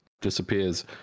disappears